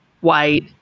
white